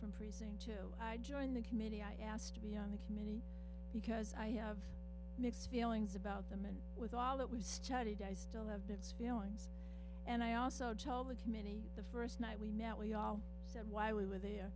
from precinct two i joined the committee i asked to be on the committee because i have mixed feelings about them and with all that was chided i still have bits feelings and i also tell the committee the first night we met we all said why we were there